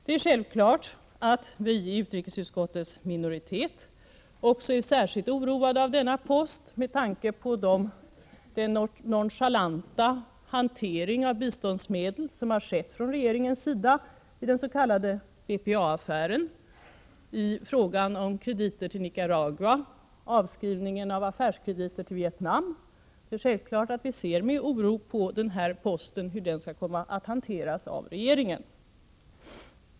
Det är självklart att vi i utrikesutskottets minoritet är särskilt oroade av denna post med tanke på den nonchalanta hantering av biståndsmedel som har skett från regeringens sida i den s.k. BPA-affären, i frågan om krediter till Nicaragua, och när det gäller avskrivningen av affärskrediter till Vietnam. Det är självklart att vi ser med oro på hur betalningsbalansstödet skall komma att hanteras av regeringen.